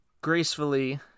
gracefully